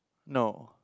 no